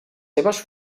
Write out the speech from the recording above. seves